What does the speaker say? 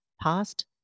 past